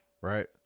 right